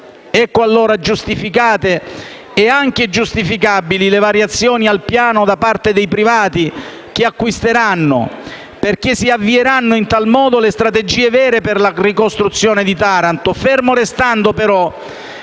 Ecco allora giustificate e anche giustificabili le variazioni al piano da parte dei privati che acquisteranno, perché in tal modo si avvieranno le strategie vere per la ricostruzione di Taranto, fermo restando però